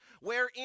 wherein